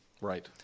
Right